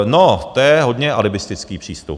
To je hodně alibistický přístup.